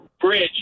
bridge